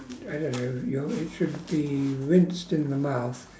I don't know your it should be rinsed in the mouth